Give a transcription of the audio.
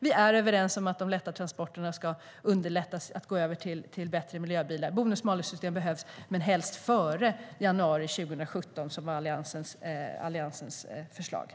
Vi är överens om att underlätta så att de lätta transporterna kan gå över till bättre miljöbilar. Bonus-malus-system behövs, men helst före januari 2017, som var Alliansens förslag.